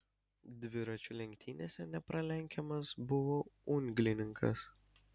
dviračių lenktynėse nepralenkiamas buvo unglininkas